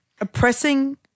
oppressing